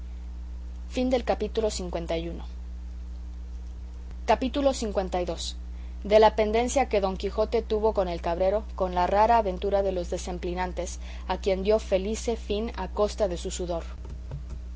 agradables capítulo lii de la pendencia que don quijote tuvo con el cabrero con la rara aventura de los deceplinantes a quien dio felice fin a costa de su sudor